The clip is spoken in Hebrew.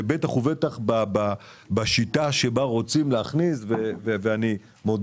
בטח ובטח בשיטה שבה רוצים להכניס כל מיני